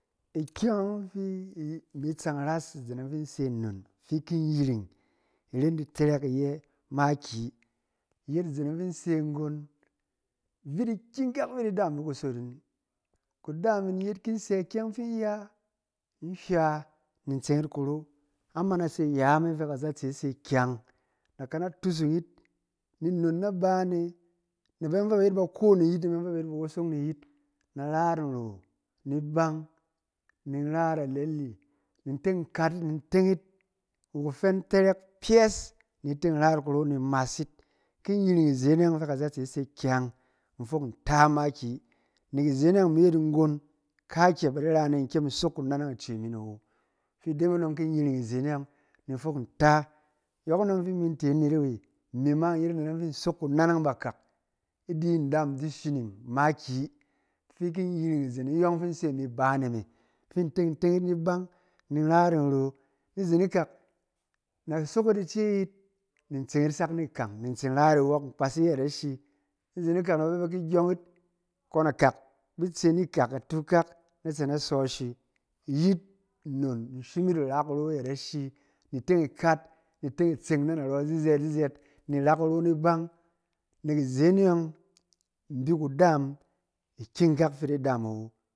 Ikyɛng ɔng fi i-imi tsan ras izen ɔng fi in se nnon fi in ki yiring, i ren di tɛrɛk iyɛ makiyi. I yet izen ɔng fi in se nggon, vit ikyɛng kak fi i ki kyem ni kusot ꞌin. Kudaamꞌin in ki sɛ ikyɛng fi in ya, in hywɛ, ni tseng yit kuro. Amana se yame fɛ kazatze se kyang, na kana tusung yit, ni nnon na bane, na bayɔng fɛ ba yet baro ni yit, na bayɔng fɛ ba yet bawosong ni yit, na ra yit nro ni bang, ni ra yit alele, ni in teng nkat yit, ni in teng yit, kufen tarak piyes ni teng in ra yit kuro ni in mas yit. Ki in yiring izen ɔng fɛ kazatse se kyang, in fok nta makiyi. Nɛk izen e yɔng imi yet nggon, kaakyɛ fɛ ba di ra ne in kyem in sok kunana ice min awo, fɛ ide me dɔng ki in yiring izen e yɔng ni fok nta. Yɔkɔnɔng fi imi te anet-awe, imi ma in yet anet ɔng fin in sok kunana bakak. I di ndaam di shining makiyi, fi ki in yiring izen iyɔng fi in se imi abane me, fi in teng in teng yit ni bang, ni in ra yit nro. Ni zen ikak na sok yit ice yit, ni tseng yit sak ni kang, ni in tsin ra yit iwɔk, in kpas yit ayɛt ashi. Ni zen ikak na ba bɛ ba di gyɔng yit, kɔng akak bi tse ni kang atuk kak na tse na sɔ ashi. Iyit nnon in shim yit ira kuro ayɛt ashi ni teng ikat, ni teng i tseng na naro zizɛɛt zizɛɛt, ni ra kuro ni bang. Nɛk izen e yɔng, in bi kudaam ikikak fi i di daam awo.